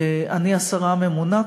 אני השרה הממונה.